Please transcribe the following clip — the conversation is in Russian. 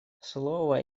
слово